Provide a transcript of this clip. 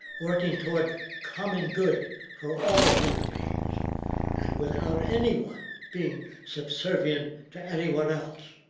working toward common good for all human beings and without anyone being subservient to anyone else.